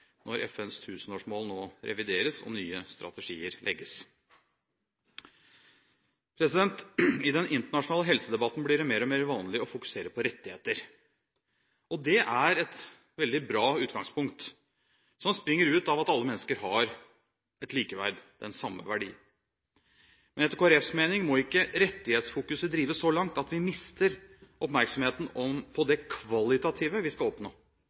når FNs tusenårsmål nå revideres og nye strategier legges. I den internasjonale helsedebatten blir det mer og mer vanlig å fokusere på rettigheter. Det er et veldig bra utgangspunkt som springer ut av at alle mennesker har et likeverd, den samme verdi. Men etter Kristelig Folkepartis mening må ikke rettighetsfokuset drives så langt at vi mister oppmerksomheten på det kvalitative vi skal oppnå.